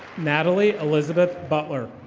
natalie elizabeth butler.